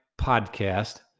podcast